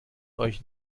euch